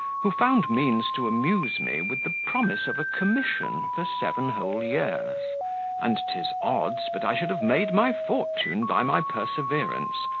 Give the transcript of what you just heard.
who found means to amuse me with the promise of a commission for seven whole years and tis odds but i should have made my fortune by my perseverance,